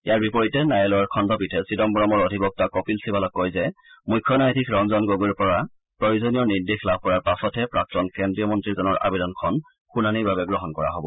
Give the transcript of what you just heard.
ইয়াৰ বিপৰীতে ন্যায়ালয়ৰ খণ্ডপীঠে চিদাম্বৰমৰ অধিবক্তা কপিল ছিবালক কয় যে মুখ্য ন্যায়াধীশ ৰঞ্জন গগৈৰ পৰা প্ৰয়োজনীয় নিৰ্দেশ লাভ কৰাৰ পাছতহে প্ৰাক্তন কেন্দ্ৰীয় মন্ত্ৰীজনৰ আবেদনখন শুনানিৰ বাবে গ্ৰহণ কৰা হ'ব